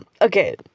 Okay